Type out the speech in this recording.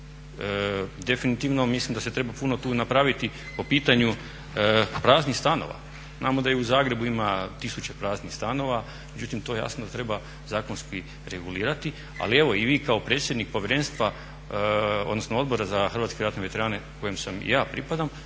Definitivno mislim da se treba puno tu i napraviti po pitanju praznih stanova. Znamo da i u Zagrebu ima tisuće praznih stanova. Međutim to jasno treba zakonski regulirati. Ali evo i vi kao predsjednik povjerenstva, odnosno Odbora za hrvatske ratne veterane kojem sam i ja pripadam